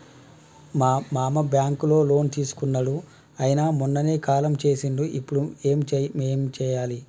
మా మామ బ్యాంక్ లో లోన్ తీసుకున్నడు అయిన మొన్ననే కాలం చేసిండు ఇప్పుడు మేం ఏం చేయాలి?